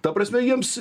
ta prasme jiems